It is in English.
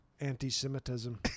anti-Semitism